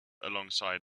alongside